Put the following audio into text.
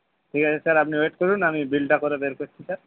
ঠিক আছে স্যার আপনি ওয়েট করুন আমি বিলটা করে বের করছি স্যার